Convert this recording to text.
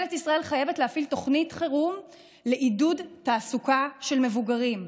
ממשלת ישראל חייבת להפעיל תוכנית חירום לעידוד תעסוקה של מבוגרים,